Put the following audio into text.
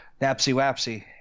napsy-wapsy